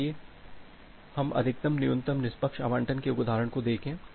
तो आइए हम अधिकतम न्यूनतम निष्पक्ष आवंटन के एक उदाहरण को देखें